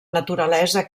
naturalesa